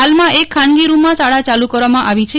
ફાલમાં એક ખાનગી રૂમમાં શાળા ચાલુ કરવામાં આવી છે